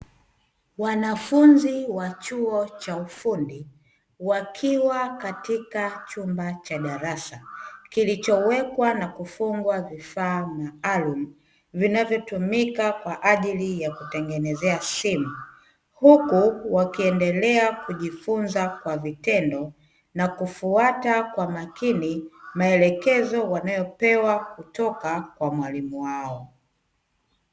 Wanafunzi wa chuo cha ufundi wakiwa katika chumba cha darasa, kilichowekwa na kufungwa vifaa maalumu vinavyotumika kwa ajili ya kutengenezea simu, huku wakiendelea kujifunza kwa vitendo na kufuata kwa makini maelekezo wanayopewa kutoka kwa mwalimu wao.